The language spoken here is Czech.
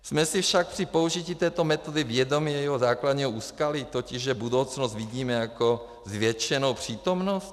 Jsme si však při použití této metody vědomi jejího základního úskalí, totiž že budoucnost vidíme jako zvětšenou přítomnost?